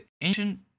ancient